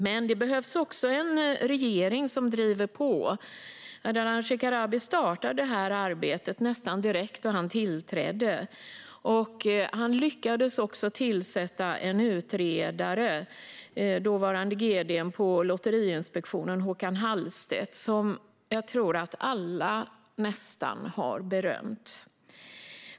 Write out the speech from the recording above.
Men det behövs också en regering som driver på. Ardalan Shekarabi startade detta arbete nästan direkt då han tillträdde. Han lyckades också tillsätta en utredare, dåvarande gd:n för Lotteriinspektionen, Håkan Hallstedt, som jag tror att nästan alla har berömt.